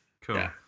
cool